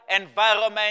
environment